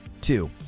Two